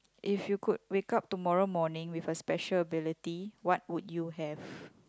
if you could wake up tomorrow morning with a special ability what would you have